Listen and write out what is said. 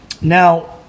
Now